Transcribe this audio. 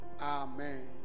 Amen